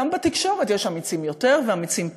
גם בתקשורת יש אמיצים יותר ואמיצים פחות,